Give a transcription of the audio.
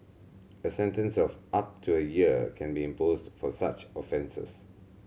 a sentence of up to a year can be imposed for such offences